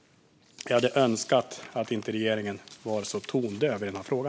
Jag hade önskat att regeringen inte var så tondöv i denna fråga.